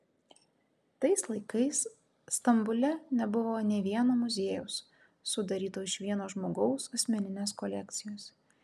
tais laikais stambule nebuvo nė vieno muziejaus sudaryto iš vieno žmogaus asmeninės kolekcijos